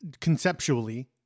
conceptually